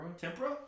tempura